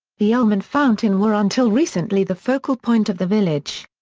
the elm and fountain were until recently the focal-point of the village.